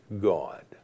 God